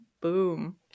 Boom